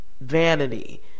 Vanity